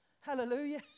Hallelujah